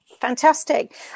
fantastic